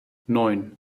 neun